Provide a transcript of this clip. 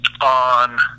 on